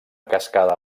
cascada